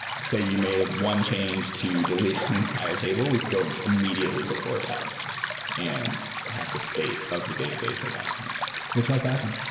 say you made ah one change to delete an entire table, we could go immediately before that and have the state of the database at that point which has happened.